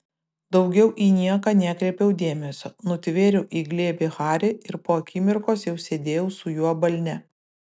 daugiau į nieką nekreipiau dėmesio nutvėriau į glėbį harį ir po akimirkos jau sėdėjau su juo balne